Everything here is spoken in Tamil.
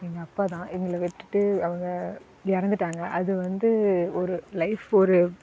எங்கள் அப்பா தான் எங்களை விட்டுட்டு அவங்க இறந்துட்டாங்க அது வந்து ஒரு லைஃப் ஒரு